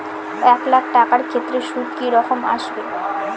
এক লাখ টাকার ক্ষেত্রে সুদ কি রকম আসবে?